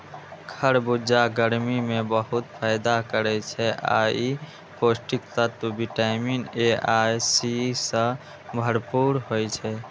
खरबूजा गर्मी मे बहुत फायदा करै छै आ ई पौष्टिक तत्व विटामिन ए आ सी सं भरपूर होइ छै